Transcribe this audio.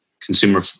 consumer